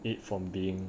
it from being